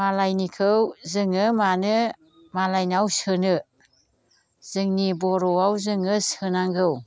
मालायनिखौ जोङो मानो मालायनाव सोनो जोंनि बर'आव जोङो सोनांगौ